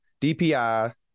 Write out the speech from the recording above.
DPIs